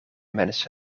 mensen